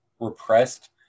repressed